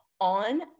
on